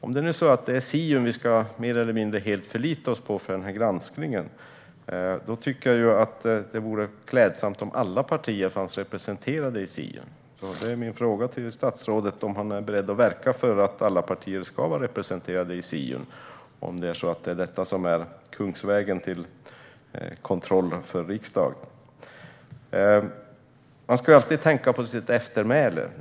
Om det nu är Siun som vi mer eller mindre helt ska förlita oss på för denna granskning tycker jag att det vore klädsamt om alla partier fanns representerade i Siun. Min fråga till statsrådet är om han är beredd att verka för att alla partier ska vara representerade där och om det är detta som är kungsvägen till kontroll för riksdagen. Man ska alltid tänka på sitt eftermäle.